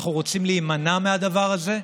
אנחנו רוצים להימנע מהדבר הזה.